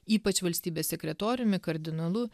ypač valstybės sekretoriumi kardinolu